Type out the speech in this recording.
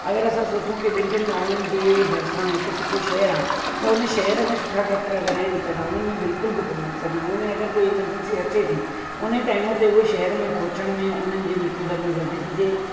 अगरि असां सोचूं की ॿिनि टिनि गांवनि जे भर्सां हिकिड़ो सुठो शहरु आहे त उन शहर में सुठा डॉक्टर अगरि आहिनि त गांवनि में बिल्कुलु बि कोन्हनि त गांवनि में अगरि को अमरजेंसी अचे थी त उन ताइम ते शहर में पहुचण में उन्हनि जी मृत्यु दर में वृधी थी थिए